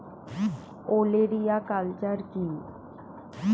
ওলেরিয়া কালচার কি?